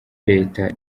leta